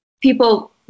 people